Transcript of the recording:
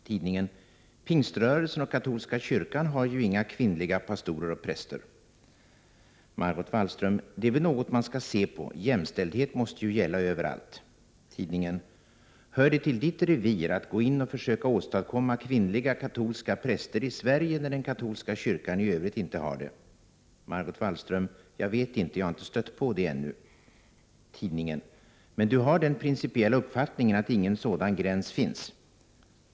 SPT: Pingströrelsen och katolska kyrkan har ju inga kvinnliga pastorer och präster. MW: Det är väl något man skall se på. Jämställdhet måste ju gälla överallt. 57 Prot. 1988/89:52 SPT: Hör det till Ditt revir att gå in och försöka åstadkomma kvinnliga 18 januari 1989 katolska präster i Sverige, när den katolska kyrkan i övrigt inte har det? mA fänam. dv MW: Jag vet inte, jag har inte stött på det ännu. SPT: Men Du har den principiella uppfattningen att ingen sådan gräns finns?